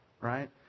right